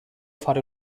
fare